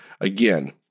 again